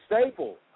staple